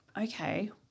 okay